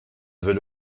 veux